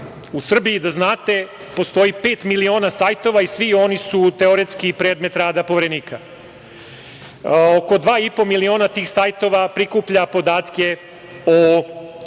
u Srbiji, da znate, postoji pet miliona sajtova i svi oni su teoretski predmet rada Poverenika. Oko dva i po miliona tih sajtova prikuplja podatke,